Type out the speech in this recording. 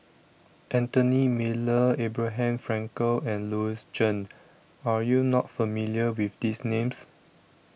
Anthony Miller Abraham Frankel and Louis Chen Are YOU not familiar with These Names